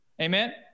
amen